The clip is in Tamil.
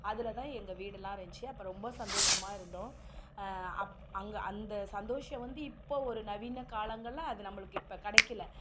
அதில் தான் எங்கள் வீடெல்லாம் இருந்துச்சு அப்போ ரொம்ப சந்தோஷமாக இருந்தோம் அப்போ அங்கே அந்த சந்தோஷம் வந்து இப்போ ஒரு நவீன காலங்களில் அது நம்மளுக்கு இப்போ கிடைக்கல